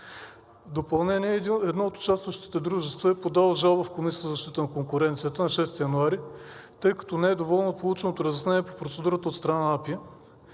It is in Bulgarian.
допълнение едно от участващите дружества е подало жалба в Комисията за защита на конкуренцията на 6 януари, тъй като не е доволно от полученото разяснение по процедурата от страна на